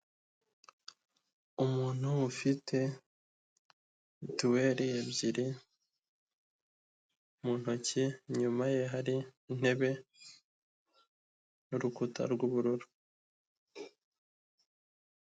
Umuntu ufite mituweri ebyiri mu ntoki, inyuma ye hari intebe n'urukuta rw'ubururu.